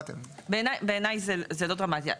בעיניי זה לא דרמטי.